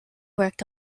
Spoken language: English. worked